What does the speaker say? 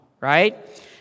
right